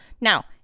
Now